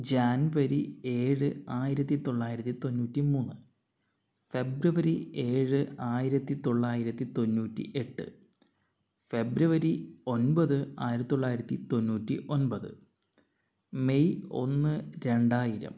ജാൻവരി ഏഴ് ആയിരത്തിത്തൊള്ളായിരത്തി തൊണ്ണൂറ്റി മൂന്ന് ഫെബ്രുവരി ഏഴ് ആയിരത്തിത്തൊള്ളായിരത്തി തൊണ്ണൂറ്റിയെട്ട് ഫെബ്രുവരി ഒൻപത് ആയിരത്തിത്തൊള്ളായിരത്തി തൊണ്ണൂറ്റി ഒൻപത് മെയ് ഒന്ന് രണ്ടായിരം